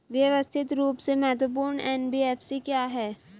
व्यवस्थित रूप से महत्वपूर्ण एन.बी.एफ.सी क्या हैं?